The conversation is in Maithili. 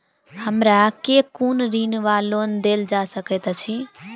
हमरा केँ कुन ऋण वा लोन देल जा सकैत अछि?